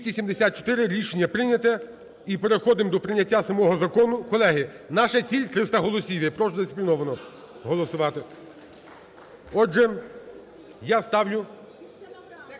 За-274 Рішення прийнято. І переходимо до прийняття самого закону. Колеги, наша ціль – 300 голосів, я прошу дисципліновано голосувати. Отже, я ставлю…